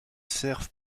servent